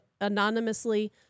anonymously